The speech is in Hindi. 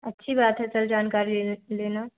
अच्छी बात है सर जानकारी ले लेना